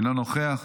אינו נוכח.